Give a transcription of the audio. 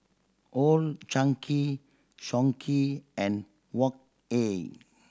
Old Chang Kee Songhe and Wok Hey